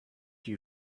you